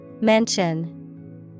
Mention